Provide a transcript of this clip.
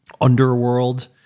underworld